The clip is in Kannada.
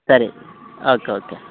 ಸರಿ ಓಕೆ ಓಕೆ